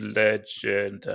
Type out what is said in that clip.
legend